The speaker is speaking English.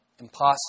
Impossible